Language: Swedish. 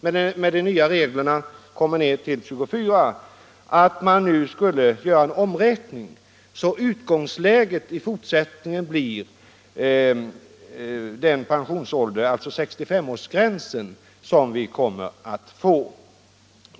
Enligt det nya reglerna skulle det bli 24 96. Vi har föreslagit att utgångsläget i fortsättningen skulle sättas vid 65 årsgränsen.